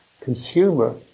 consumer